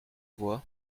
voit